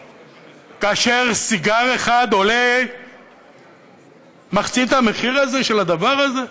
כאשר סיגר אחד עולה מחצית המחיר של הדבר הזה.